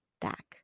Back